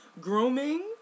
grooming